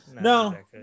No